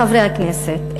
חברי הכנסת,